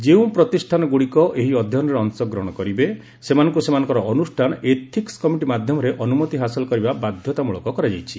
ଯେଉଁ ପ୍ରତିଷ୍ଠାନଗୁଡ଼ିକ ଏହି ଅଧ୍ୟୟନରେ ଅଂଶଗ୍ରହଣ କରିବେ ସେମାନଙ୍କୁ ସେମାନଙ୍କର ଅନୁଷ୍ଠାନ ଏଥିକ୍ କମିଟି ମାଧ୍ୟମରେ ଅନ୍ଦ୍ରମତି ହାସଲ କରିବା ବାଧ୍ୟତାମ୍ବଳକ କରାଯାଇଛି